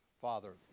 Father